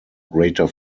greater